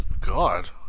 god